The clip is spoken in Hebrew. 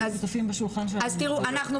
רק הערה אחת